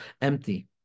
empty